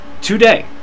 today